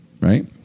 right